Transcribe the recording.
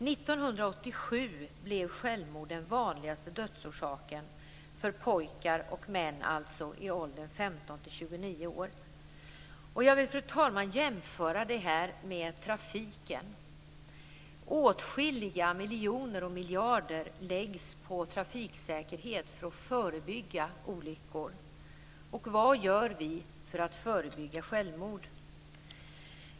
1987 Jag vill, fru talman, jämföra detta med trafiken. Åtskilliga miljoner och miljarder läggs på trafiksäkerhet för att förebygga olyckor. Vad gör vi för att förebygga självmord?